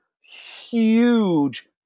huge